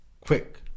quick